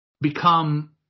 become –